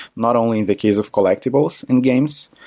not only in the case of collectibles in games,